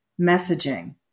messaging